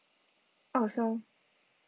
oh so